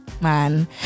man